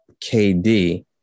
KD